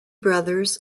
brothers